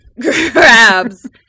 grabs